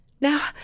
Now